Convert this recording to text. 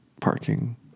parking